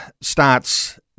starts